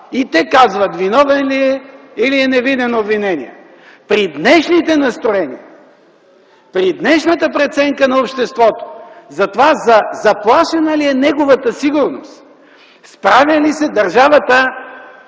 и те казват виновен ли е или е невинен обвиненият. При днешните настроения, при днешната преценка на обществото дали е заплашена неговата сигурност, справя ли се държавата